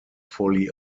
fully